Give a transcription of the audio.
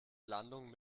landung